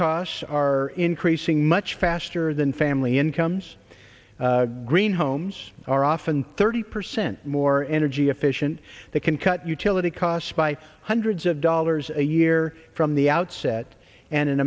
costs are creasing much faster than family incomes green homes are often thirty percent more energy efficient that can cut utility costs by hundreds of dollars a year from the outset and an